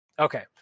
Okay